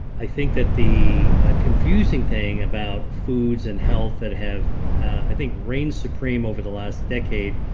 i think that the confusing thing about foods and health that have i think reigned supreme over the last decade,